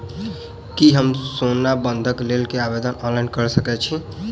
की हम सोना बंधन कऽ लेल आवेदन ऑनलाइन कऽ सकै छी?